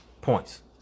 points